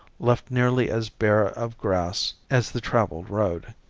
left nearly as bare of grass as the traveled road.